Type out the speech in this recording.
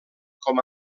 com